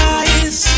eyes